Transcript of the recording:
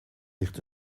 ligt